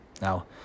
Now